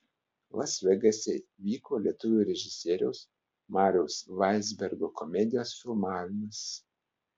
las vegase vyko lietuvio režisieriaus mariaus vaizbergo komedijos filmavimas